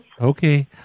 Okay